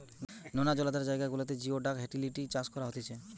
নোনা জলাধার জায়গা গুলাতে জিওডাক হিটেলিডি চাষ করা হতিছে